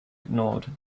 ignored